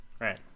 Right